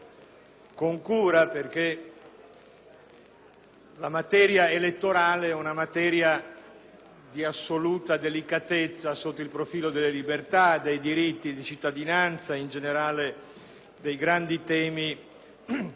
quella elettorale è una materia di assoluta delicatezza sotto il profilo delle libertà, dei diritti di cittadinanza e, in generale, dei grandi temi dello Stato moderno.